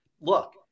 look